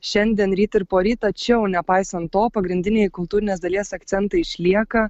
šiandien ryt poryt tačiau nepaisant to pagrindiniai kultūrinės dalies akcentai išlieka